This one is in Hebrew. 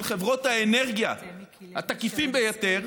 של חברות האנרגיה התקיפות ביותר,